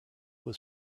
was